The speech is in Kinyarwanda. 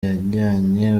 yajyanye